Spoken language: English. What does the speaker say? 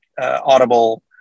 audible